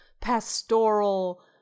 pastoral